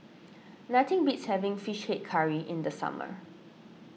nothing beats having Fish Head Curry in the summer